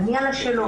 "עני על השאלות".